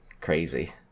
crazy